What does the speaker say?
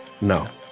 No